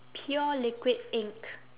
pure liquid ink